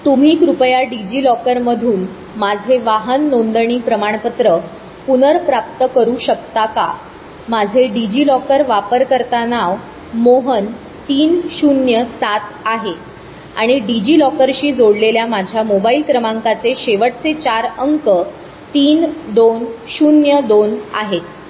तुम्ही कृपया डिजि लॉकरमधून माझे वाहन नोंदणी प्रमाणपत्र पुनर्प्राप्त करू शकता का माझे डिजि लॉकर वापरकर्ता नाव मोहन तीन शून्य सात आहे आणि डिजि लॉकरशी जोडलेल्या माझ्या मोबाईल क्रमांकाचे शेवटचे चार अंक तीन दोन शून्य दोन आहे